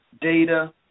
data